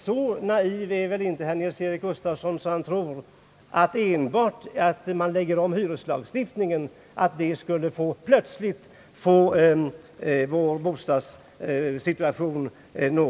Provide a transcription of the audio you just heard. Så naiv är väl inte herr Nils-Eric Gustafsson att han tror att vår bostadssituation skulle förändras enbart genom att lägga om hyreslagstiftningen.